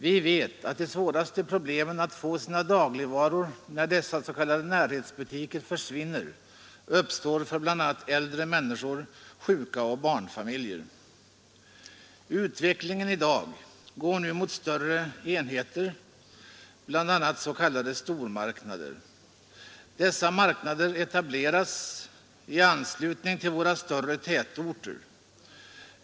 Vi vet att de svåraste problemen att få sina dagligvaror när dessa s.k. närhetsbutiker försvinner uppstår för äldre människor, sjuka och barnfamiljer. Utvecklingen i dag går mot större enheter, bl.a. stormarknader. Dessa marknader etableras i anslutning till våra större tätorter.